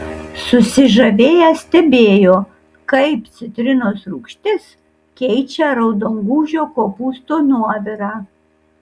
susižavėję stebėjo kaip citrinos rūgštis keičia raudongūžio kopūsto nuovirą